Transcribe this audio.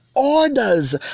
orders